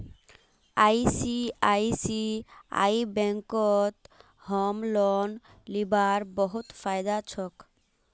ICICI बैंकत home loan लीबार बहुत फायदा छोक